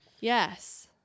yes